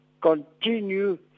continue